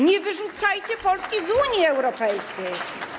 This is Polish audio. Nie wyrzucajcie Polski z Unii Europejskiej.